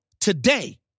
today